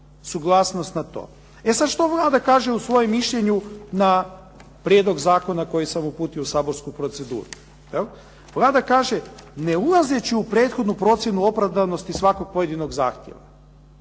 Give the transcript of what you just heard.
E sada što Vlada kaže u svome mišljenju na prijedlog zakona koji sam uputio u saborsku proceduru? Vlada kaže, ne ulazeći u prethodnu procjenu opravdanosti svakog pojedinog zahtjeva.